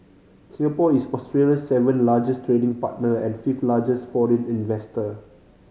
Singapore is Australia's seventh largest trading partner and fifth largest foreign investor